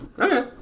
Okay